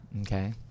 Okay